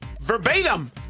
Verbatim